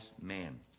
man